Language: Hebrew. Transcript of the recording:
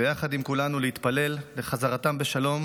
ויחד עם כולנו להתפלל לחזרתם בשלום